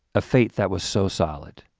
a faith that was so solid.